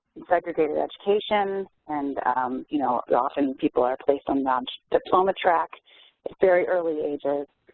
in segregated education, and you know often people are placed on non-diploma track at very early ages.